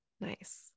nice